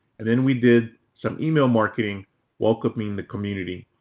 and and we did some email marketing welcoming the community.